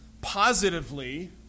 positively